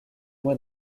mois